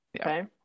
Okay